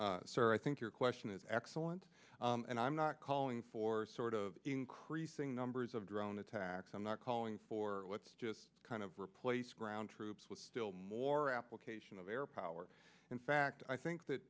sir i think your question is excellent and i'm not calling for sort of increasing numbers of drone attacks i'm not calling for what's just kind of replace ground troops with still more application of air power in fact i think that